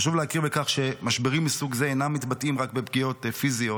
חשוב להכיר בכך שמשברים מסוג זה אינם מתבטאים רק בפגיעות פיזיות,